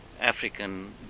African